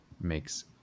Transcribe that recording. makes